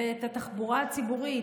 ואת התחבורה הציבורית,